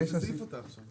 באיזה סעיף אתה עכשיו?